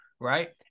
Right